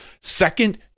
Second